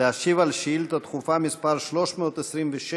להשיב על שאילתה דחופה מס' 326,